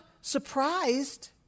surprised